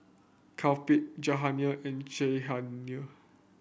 Kapil Jahangir and Jahangir